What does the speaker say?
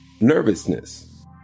nervousness